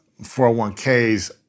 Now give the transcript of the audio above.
401ks